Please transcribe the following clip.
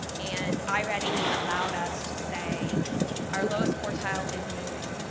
and i-ready allowed us to say our lowest quartile is moving.